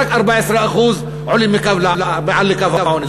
רק 14% עולים מעל לקו העוני.